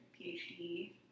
PhD